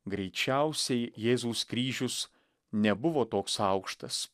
greičiausiai jėzaus kryžius nebuvo toks aukštas